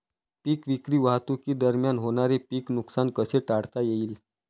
पीक विक्री वाहतुकीदरम्यान होणारे पीक नुकसान कसे टाळता येईल?